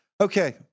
Okay